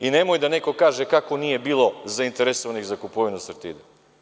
I nemoj da neko kaže kako nije bilo zaiteresovanih za kupovinu „Sartida“